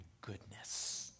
goodness